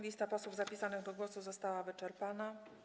Lista posłów zapisanych do głosu została wyczerpana.